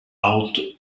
out